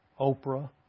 Oprah